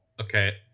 Okay